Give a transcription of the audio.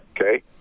okay